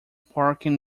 parking